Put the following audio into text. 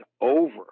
over